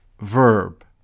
verb